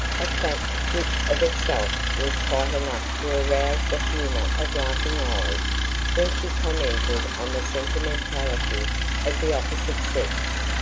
a fact which of itself was quite enough to arouse the humor of laughing eyes when she commented on the sentimentality of the opposite sex.